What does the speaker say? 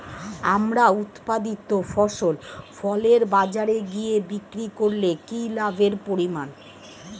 আমার উৎপাদিত ফসল ফলে বাজারে গিয়ে বিক্রি করলে কি লাভের পরিমাণ?